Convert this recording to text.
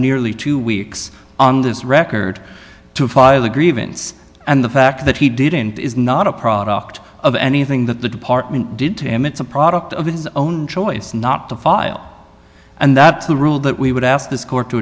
nearly two weeks on this record to file a grievance and the fact that he didn't is not a product of anything that the department did to him it's a product of his own choice not to file and that's the rule that we would ask this court to